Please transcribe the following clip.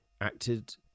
acted